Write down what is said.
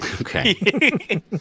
Okay